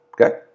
okay